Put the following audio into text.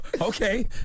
Okay